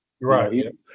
Right